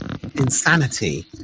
insanity